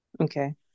okay